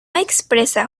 expresa